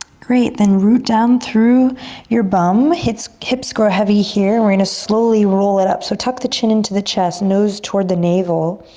great, then root down through your bum. hips hips grow heavy here. we're gonna slowly roll it up. so tuck the chin into the chest, nose toward the navel.